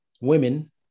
women